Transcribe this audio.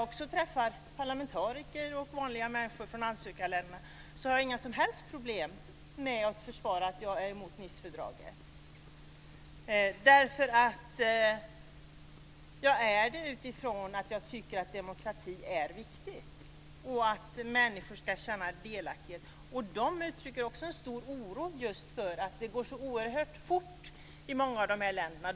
Också jag träffar parlamentariker och vanliga människor från ansökarländerna, och jag har inga som helst problem med att försvara att jag är emot Nicefördraget. Jag är det därför att jag tycker att demokratin är viktig och att människor ska känna en delaktighet. De här människorna uttrycker också en stor oro över att det går så oerhört fort i många av de här länderna.